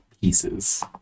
pieces